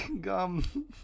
gum